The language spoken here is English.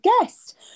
guest